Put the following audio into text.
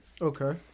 Okay